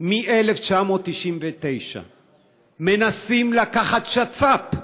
מ-1999 מנסים לקחת שצ"פ,